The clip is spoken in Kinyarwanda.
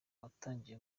watangije